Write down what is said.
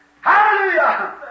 Hallelujah